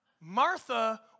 Martha